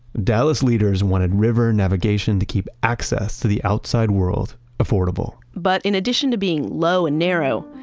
dallas leaders wanted river navigation to keep access to the outside world affordable but in addition to being low and narrow,